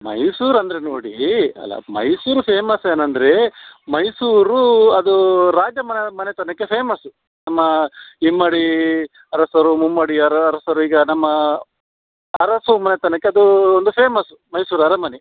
ಮೈಸೂರು ಅಂದರೆ ನೋಡಿ ಅಲ್ಲ ಮೈಸೂರು ಫೇಮಸ್ ಏನಂದರೆ ಮೈಸೂರು ಅದು ರಾಜ ಮನ ಮನೆತನಕ್ಕೆ ಫೇಮಸ್ಸು ನಮ್ಮ ಇಮ್ಮಡಿ ಅರಸರು ಮುಮ್ಮಡಿ ಅರಾ ಅರಸರು ಈಗ ನಮ್ಮ ಅರಸು ಮನೆತನಕ್ಕೆ ಅದು ಒಂದು ಫೇಮಸ್ ಮೈಸೂರು ಅರಮನೆ